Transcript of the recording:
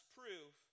proof